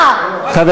חבר